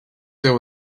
there